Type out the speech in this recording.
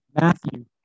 Matthew